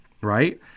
Right